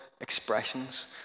expressions